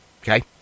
Okay